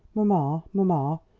mamma, mamma,